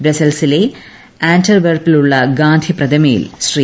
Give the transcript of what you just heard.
ബ്രസ്സൽസിലെ ആന്റ്വെർപ്പിലുള്ളി ഗ്രാന്ധി പ്രതിമയിൽ ശ്രീ